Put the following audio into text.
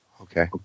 Okay